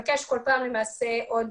עד כמה התופעה הזו של לעבור ממעצר עד